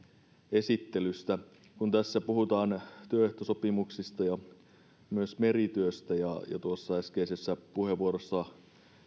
esittelystä kun tässä puhutaan työehtosopimuksista ja myös merityöstä ja tuossa äskeisessä puheenvuorossa